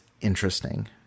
interesting